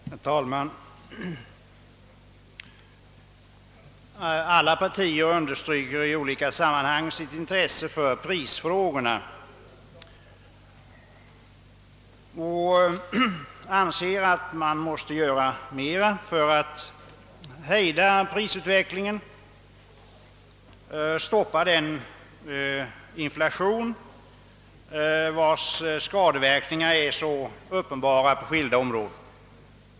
Herr talman! Alla partier understryker i olika sammanhang sitt intresse för prisfrågorna och anser att man måste göra mer för att hejda prisutvecklingen. stoppa den inflation vars skadeverkningar är så uppenbara på skilda om råden.